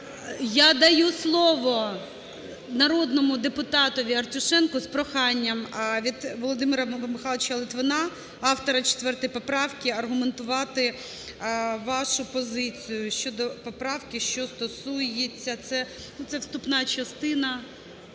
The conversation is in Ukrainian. Я даю слово народному депутатові Артюшенку з проханням від Володимира Михайловича Литвина, автора 4 поправки, аргументувати вашу позицію щодо поправки, що стосується… Ну, це вступна частина.